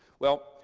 well,